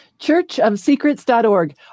ChurchofSecrets.org